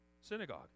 synagogue